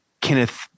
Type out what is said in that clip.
Kenneth